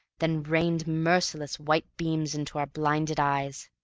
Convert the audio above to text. then rained merciless white beams into our blinded eyes.